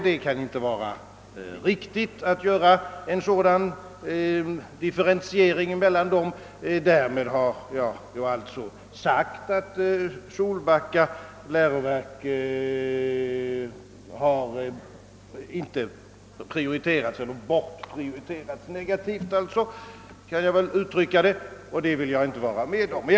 Det kan inte vara riktigt att göra en differentiering mellan dem. Därmed har jag alltså sagt, att Solbacka läroverk inte får bortprioriteras, om jag får uttrycka det negativt på det sättet.